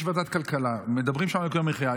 יש ועדת כלכלה, ומדברים שם על יוקר המחיה.